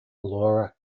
laura